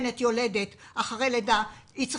יולדת לאחר לידה המרואיינת על ידי אחות